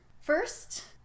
first